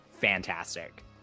fantastic